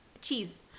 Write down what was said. cheese